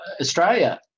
Australia